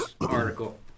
article